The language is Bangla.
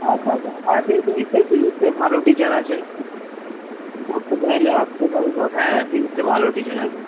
আচ্ছা আচ্ছা হ্যাঁ তুমি ফিজিক্সের ফিজিক্সের ভালো টিচার আছে তুই পড়তে চাইলে আসতেও পারিস ও হ্যাঁ ফিজিক্সের ভালো টিচার আছে